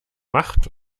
macht